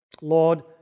Lord